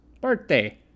birthday